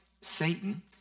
Satan